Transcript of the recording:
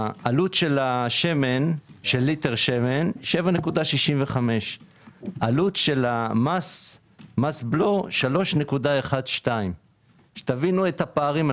עלות ליטר שמן 7.65. עלות של מס בלו 3.12. שתבינו את הפערים.